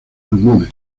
pulmones